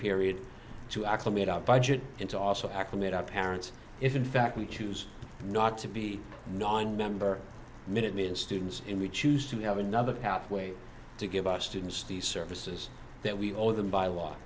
period to acclimate out budget and to also acclimate our parents if in fact we choose not to be a nonmember minutemen students and we choose to have another pathway to give us students the services that we owe them by law